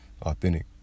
authentic